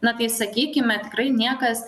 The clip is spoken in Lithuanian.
na tai sakykime tikrai niekas